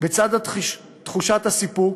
בצד תחושת הסיפוק